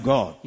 God